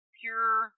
pure